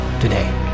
today